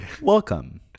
Welcome